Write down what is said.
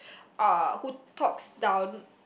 uh who talks down